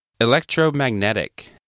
Electromagnetic